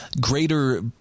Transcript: greater